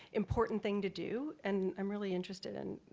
important thing to do, and i'm really interested in,